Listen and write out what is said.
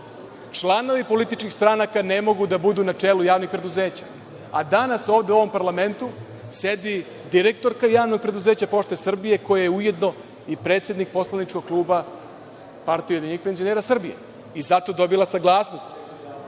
članovi političkih stranaka ne mogu da budu na čelu javnih preduzeća, a danas ovde u ovom parlamentu sedi direktorka javnog preduzeća „Pošte Srbije“ koja je ujedno i predsednik poslaničkog kluba PUPS. Za to je dobila saglasnost